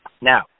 Now